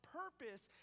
purpose